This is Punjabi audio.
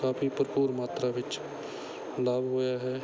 ਕਾਫੀ ਭਰਪੂਰ ਮਾਤਰਾ ਵਿੱਚ ਲਾਭ ਹੋਇਆ ਹੈ